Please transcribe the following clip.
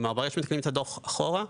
ברגע שמתקנים את הדו"ח אחורה,